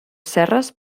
serres